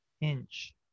inch